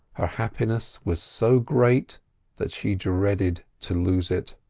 her happiness was so great that she dreaded to lose it.